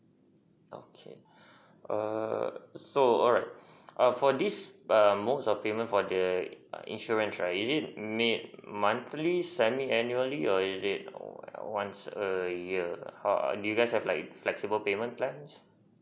okay err so alright err for this err most of payment for the insurance right is it make monthly semi annually or is it once a year how do you guys have like a flexible payment plans